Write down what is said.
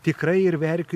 tikrai ir verkių